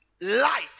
light